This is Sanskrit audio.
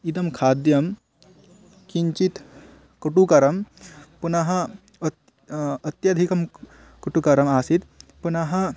इदं खाद्यं किञ्चित् कटुकरं पुनः अत् अत्यधिकं कटुकरम् आसीत् पुनः